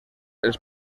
els